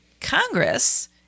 Congress